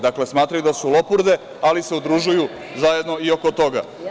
Dakle, smatraju da su lopurde, ali se udružuju zajedno i oko toga.